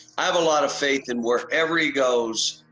i have a lot of faith in wherever he goes,